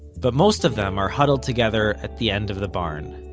but most of them are huddled together at the end of the barn.